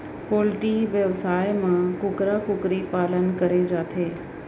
poultry बेवसाय म कुकरा कुकरी पालन करे जाथे